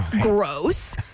Gross